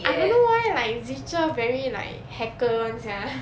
I don't know why like zicher very like hacker [one] sia